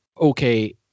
okay